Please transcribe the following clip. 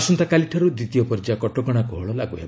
ଆସନ୍ତାକାଲିଠାରୁ ଦ୍ୱିତୀୟ ପର୍ଯ୍ୟାୟ କଟକଣା କୋହଳ ଲାଗୁ ହେବ